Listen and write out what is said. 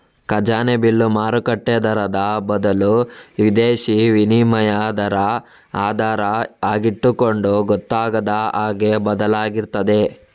ಖಜಾನೆ ಬಿಲ್ಲು ಮಾರುಕಟ್ಟೆ ದರದ ಬದಲು ವಿದೇಶೀ ವಿನಿಮಯ ದರ ಆಧಾರ ಆಗಿಟ್ಟುಕೊಂಡು ಗೊತ್ತಾಗದ ಹಾಗೆ ಬದಲಾಗ್ತಿರ್ತದೆ